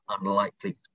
unlikely